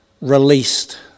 released